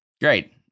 great